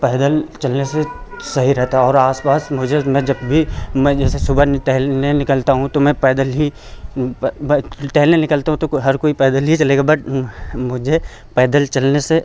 पैदल चलने से सही रहता है और आस पास मुझे मैं जब भी मैं जैसे सुबह टहलने निकलता हूँ तो मैं पैदल ही टहलने निकलता हूँ तो हर कोई पैदल ही चलेगा बट मुझे पैदल चलने से